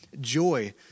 Joy